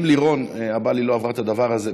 אם לירון אבלי לא עברה את הדבר הזה,